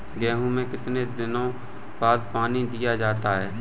गेहूँ में कितने दिनों बाद पानी दिया जाता है?